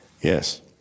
Yes